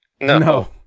No